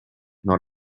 non